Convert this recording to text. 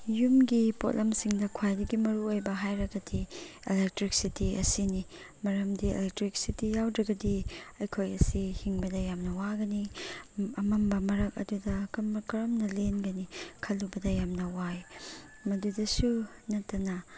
ꯌꯨꯝꯒꯤ ꯄꯣꯠꯂꯝꯁꯤꯡꯗ ꯈ꯭ꯋꯥꯏꯗꯒꯤ ꯃꯔꯨꯑꯣꯏꯕ ꯍꯥꯏꯔꯒꯗꯤ ꯑꯦꯂꯦꯛꯇ꯭ꯔꯤꯛꯁꯤꯇꯤ ꯑꯁꯤꯅꯤ ꯃꯔꯝꯗꯤ ꯑꯦꯂꯦꯛꯇ꯭ꯔꯤꯛꯁꯤꯇꯤ ꯌꯥꯎꯗ꯭ꯔꯒꯗꯤ ꯑꯩꯈꯣꯏ ꯑꯁꯤ ꯍꯤꯡꯕꯗ ꯌꯥꯝꯅ ꯋꯥꯒꯅꯤ ꯑꯃꯝꯕ ꯃꯔꯛ ꯑꯗꯨꯗ ꯀꯔꯝꯅ ꯂꯦꯟꯒꯅꯤ ꯈꯜꯂꯨꯕꯗ ꯌꯥꯝꯅ ꯋꯥꯏ ꯃꯗꯨꯗꯁꯨ ꯅꯠꯇꯅ